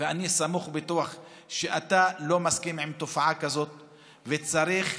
אני סמוך ובטוח שאתה לא מסכים לתופעה כזאת, וצריך